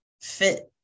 fit